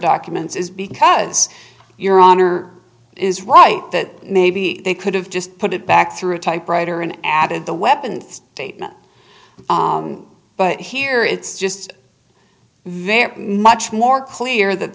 documents is because your honor is right that maybe they could have just put it back through a typewriter and added the weapons statement but here it's just very much more clear that